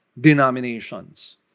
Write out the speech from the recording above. denominations